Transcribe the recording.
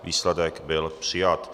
Výsledek byl přijat.